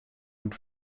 und